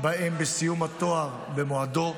בהם בסיום התואר במועדו,